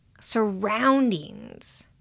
surroundings